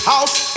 House